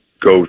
go